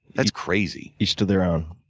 that's crazy. each to their own.